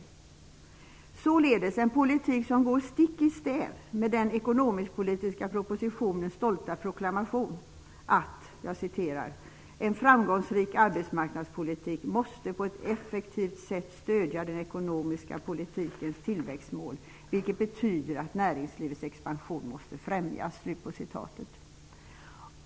Det är således en politik som går stick i stäv mot den ekonomisk-politiska propositionens stolta proklamation att: "En framgångsrik arbetsmarknadspolitik måste på ett effektivt sätt stödja den ekonomiska politikens tillväxtmål, vilket betyder att näringslivets expansion måste främjas."